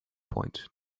point